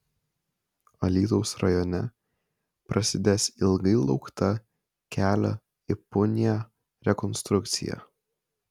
alytaus rajone prasidės ilgai laukta kelio į punią rekonstrukcija